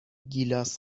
گیلاس